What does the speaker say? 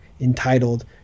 entitled